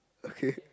okay